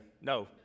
no